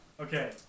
Okay